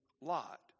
Lot